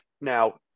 now